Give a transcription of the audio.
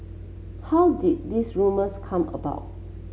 how did this rumours come about